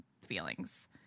feelings